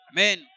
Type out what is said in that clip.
Amen